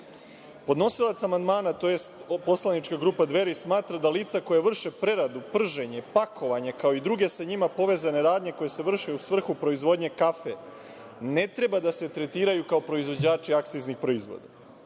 Podnosilac amandmana tj. poslanička grupa Dveri smatra da lica koja vrše preradu, prženje, pakovanje, kao i druge sa njima povezane radnje koje se vrše u svrhu proizvodnje kafe ne treba da se tretiraju kao proizvođači akciznih proizvoda.